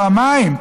פעמיים,